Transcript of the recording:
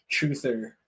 Truther